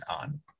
on